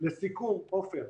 לסיכום, עפר,